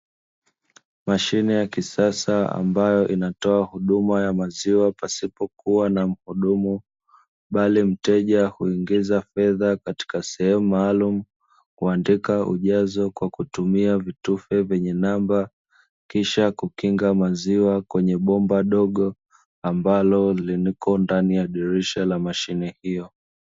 Mashine ya kisasa ambayo inatoa huduma ya maziwa pasipo kuwa na mhudumu, bali mteja huingiza fedha katika sehemu maalumu, huandika ujazo kwa kutumia vitufe nyenye namba kisha kukinga maziwa kwenye bomba dogo ambalo liko ndani ya dirisha la mashine hiyo.